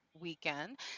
weekend